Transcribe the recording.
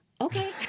Okay